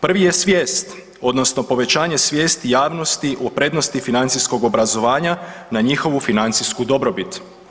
Prvi je svijest odnosno povećanje svijesti javnosti o prednosti financijskog obrazovanja na njihovu financijsku dobrobit.